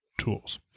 tools